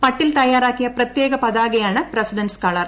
പട്ടിൽ തയ്യാറാക്കിയ പ്രത്യേക പതാകയാണ് പ്രസിഡന്റ്സ് കളർ